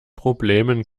problemen